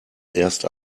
erst